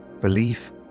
belief